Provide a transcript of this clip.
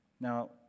Now